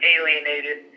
Alienated